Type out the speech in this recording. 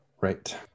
Right